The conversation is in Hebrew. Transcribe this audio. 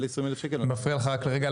ל-20,000 שקלים --- מפריע לך רק לרגע.